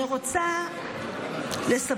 אני רוצה לספר,